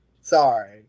Sorry